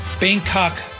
Bangkok